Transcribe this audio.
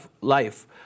life